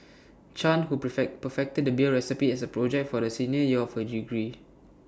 chan who prefect perfected the beer recipe as A project for the senior year of her degree